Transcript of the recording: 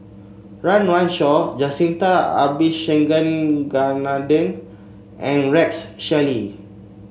Run Run Shaw Jacintha Abisheganaden and Rex Shelley